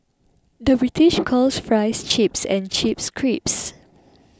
the British calls Fries Chips and chips creeps